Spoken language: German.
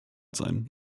sein